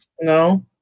No